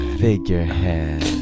figurehead